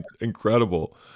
incredible